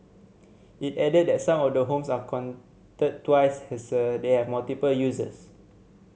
it added that some of the homes are counted twice as they have multiple uses